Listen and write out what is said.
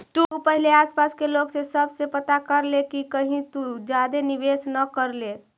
तु पहिले आसपास के लोग सब से पता कर ले कि कहीं तु ज्यादे निवेश न कर ले